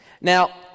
Now